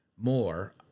more